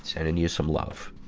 and and you some love.